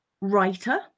Writer